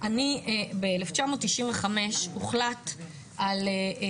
אני רוצה להתחיל בסיפור אישי.